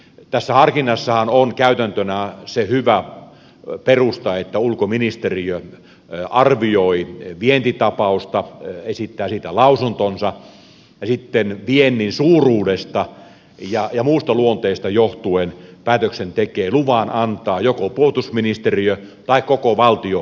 tässä harkinnassahan on käytäntönä se hyvä perusta että ulkoministeriö arvioi vientitapausta esittää siitä lausuntonsa ja sitten viennin suuruudesta ja muusta luonteesta johtuen päätöksen tekee luvan antaa joko puolustusministeriö tai koko valtioneuvosto